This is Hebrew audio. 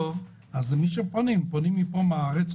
פונים פה מן הארץ,